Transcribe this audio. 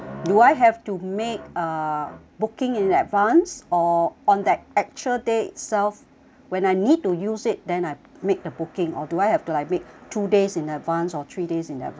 I have to make uh booking in advance or on the actual day itself when I need to use it then I make the booking or do I have to like make two days in advance or three days in advance